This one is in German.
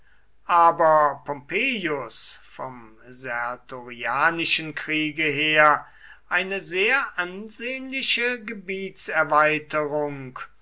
aber pompeius vom sertorianischen kriege her eine sehr ansehnliche